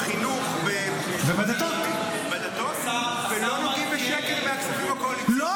בחינוך ולא נוגעים בשקל מהכספים הקואליציוניים --- ובדתות.